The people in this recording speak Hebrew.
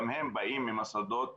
גם הם באים ממוסדות